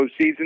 postseason